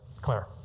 Claire